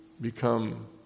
become